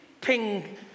ping